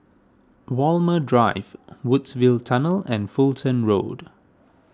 Walmer Drive Woodsville Tunnel and Fulton Road